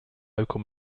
local